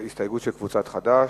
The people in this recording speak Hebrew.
הסתייגות של קבוצת חד"ש.